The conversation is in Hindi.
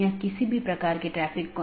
BGP के साथ ये चार प्रकार के पैकेट हैं